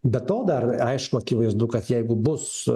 be to dar aišku akivaizdu kad jeigu bus